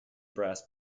brass